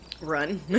Run